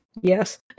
Yes